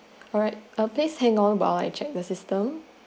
alright uh please hang on while I check in the system